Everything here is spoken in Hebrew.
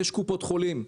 יש קופות חולים,